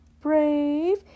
Brave